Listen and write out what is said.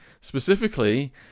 specifically